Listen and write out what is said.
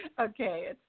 Okay